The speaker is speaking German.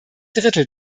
drittel